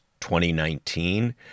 2019